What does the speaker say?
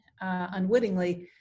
unwittingly